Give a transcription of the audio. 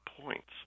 points